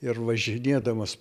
ir važinėdamas